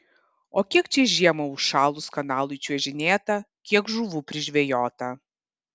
o kiek čia žiemą užšalus kanalui čiuožinėta kiek žuvų prižvejota